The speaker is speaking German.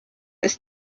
ist